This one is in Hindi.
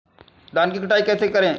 धान की कटाई कैसे करें?